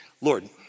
Lord